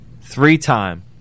three-time